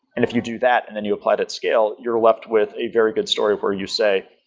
and if you do that and then you apply that scale, you're left with a very good story where you say,